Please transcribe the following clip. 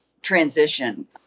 transition